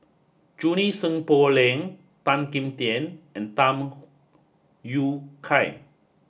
Junie Sng Poh Leng Tan Kim Tian and Tham Yui Kai